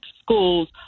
schools